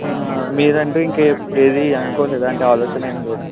మీరంటు ఇంకా ఏ ఏది అనుకోలేదా అంటే ఆలోచన ఏమి లేదా